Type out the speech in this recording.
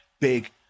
big